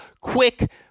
Quick